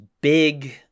big